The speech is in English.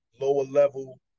lower-level